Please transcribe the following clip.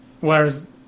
whereas